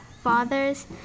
father's